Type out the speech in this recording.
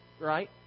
right